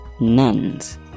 nuns